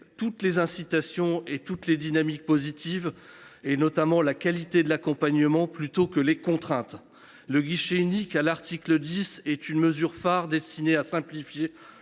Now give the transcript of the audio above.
toutes les incitations et toutes les dynamiques positives, notamment la qualité de l’accompagnement, plutôt que les contraintes. Le guichet unique prévu à l’article 10 est une mesure phare destinée à simplifier